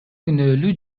күнөөлүү